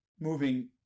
moving